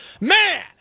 Man